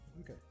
Okay